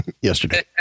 yesterday